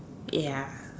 ya